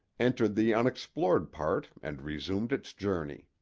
entered the unexplored part and resumed its journey.